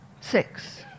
Six